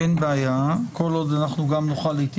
אין בעיה, כל עוד אנחנו גם נוכל להתייחס.